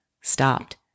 stopped